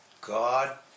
God